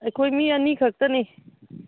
ꯑꯩꯈꯣꯏ ꯃꯤ ꯑꯅꯤ ꯈꯛꯇꯅꯤ